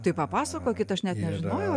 tai papasakokit aš net nežinojau